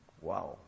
Wow